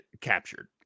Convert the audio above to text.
captured